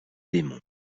démons